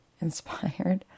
inspired